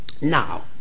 Now